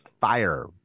Fire